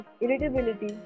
Irritability